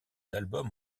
albums